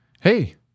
hey